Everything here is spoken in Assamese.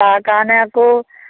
তাৰ কাৰণে আকৌ